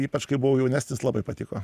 ypač kai buvau jaunesnis labai patiko